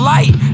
Light